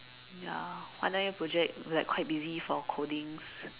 ya final year project like quite busy for codings